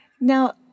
Now